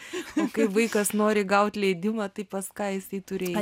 o kai vaikas nori gauti leidimą tai pas ką jisai turi eiti